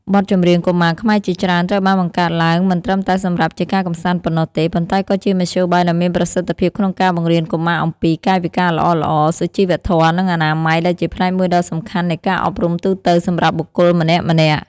បទចម្រៀងកុមារខ្មែរជាច្រើនត្រូវបានបង្កើតឡើងមិនត្រឹមតែសម្រាប់ជាការកម្សាន្តប៉ុណ្ណោះទេ ប៉ុន្តែក៏ជាមធ្យោបាយដ៏មានប្រសិទ្ធភាពក្នុងការបង្រៀនកុមារអំពី កាយវិការល្អៗ (សុជីវធម៌) និង អនាម័យ ដែលជាផ្នែកមួយដ៏សំខាន់នៃការអប់រំទូទៅសម្រាប់បុគ្គលម្នាក់ៗ។